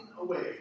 away